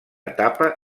etapa